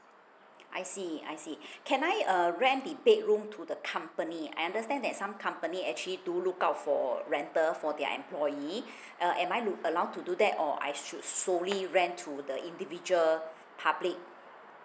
I see I see can I uh rent the bedroom to the company I understand that some company actually do look out for rental for their employee uh am I lo~ allowed to do that or I should solely rent to the individual public